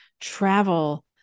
travel